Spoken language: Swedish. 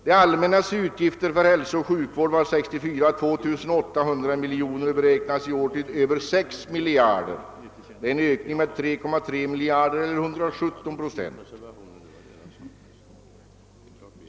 Det allmännas utgifter för hälsooch sjukvård var 1964 2 800 miljoner kronor och beräknas i år till över 6 miljarder kronor, en ökning med 3,3 miljarder eller 117 procent.